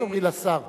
רק תאמרי לשר.